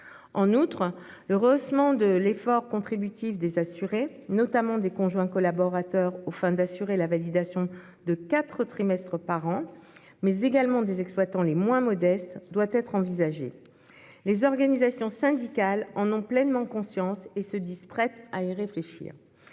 En outre, le rehaussement de l'effort contributif des assurés, notamment des conjoints collaborateurs, aux fins d'assurer la validation de quatre trimestres par an, mais également des exploitants les moins modestes, doit être envisagé. Les organisations syndicales en ont pleinement conscience et se disent prêtes à y réfléchir.